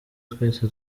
twese